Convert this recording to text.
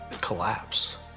collapse